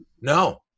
no